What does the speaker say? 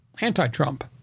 anti-Trump